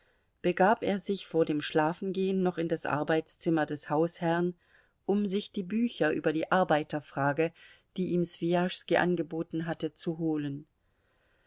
begab er sich vor dem schlafengehen noch in das arbeitszimmer des hausherrn um sich die bücher über die arbeiterfrage die ihm swijaschski angeboten hatte zu holen